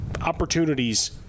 opportunities